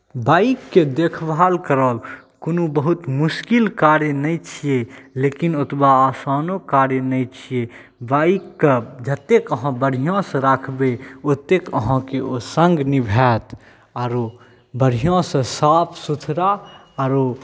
बाइकके देखभाल करब कोनो बहुत मुश्किल कार्य नहि छियै लेकिन ओतबा आसानो कार्य नहि छियै बाइककेँ जतेक अहाँ बढ़िआँसँ राखबै ओतेक अहाँके ओ सङ्ग निभायत आरो बढ़िआँसँ साफ सुथरा आरो